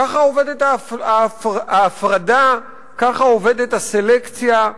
ככה עובדת ההפרדה, ככה עובדת הסלקציה,